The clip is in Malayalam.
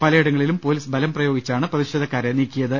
പലയിടങ്ങ ളിലും പൊലീസ് ബലം പ്രയോഗിച്ചാണ് പ്രതിഷേധക്കാരെ നീക്കിയിത്